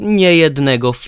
niejednego